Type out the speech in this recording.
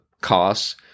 costs